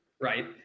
Right